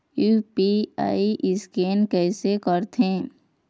UPI scan कइसे करथे?